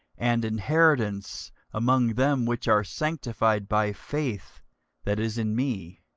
and inheritance among them which are sanctified by faith that is in me.